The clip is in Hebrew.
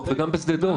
וגם בשדה דב,